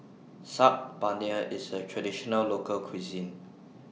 Saag Paneer IS A Traditional Local Cuisine